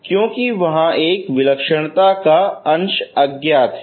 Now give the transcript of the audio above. क्योंकि वहां एक विलक्षणता का अंश अज्ञात है